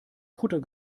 kutter